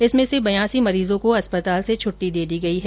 इसमें से बयासी मरीज़ों को अस्पताल से छुट्टी दे दी गयी है